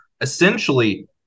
Essentially